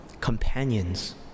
companions